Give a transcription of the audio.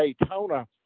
daytona